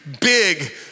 big